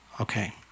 Okay